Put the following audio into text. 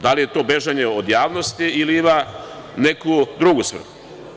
Da li je to bežanje od javnosti ili ima neku drugu svrhu?